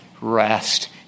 rest